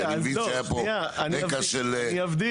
כי אני מבין שהיה פה רקע של סכסוכים.